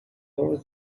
all